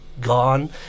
gone